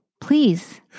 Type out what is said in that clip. Please